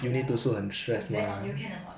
!aiya! I vent on you can or not